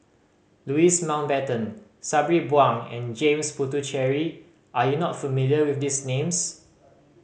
Louis Mountbatten Sabri Buang and James Puthucheary are you not familiar with these names